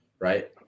right